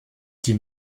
die